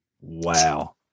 Wow